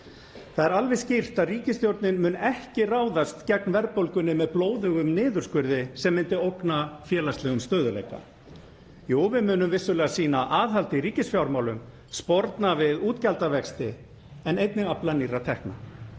Það er alveg skýrt að ríkisstjórnin mun ekki ráðast gegn verðbólgunni með blóðugum niðurskurði sem myndi ógna félagslegum stöðugleika. Jú, við munum vissulega sýna aðhald í ríkisfjármálum og sporna við útgjaldavexti, en einnig afla nýrra tekna.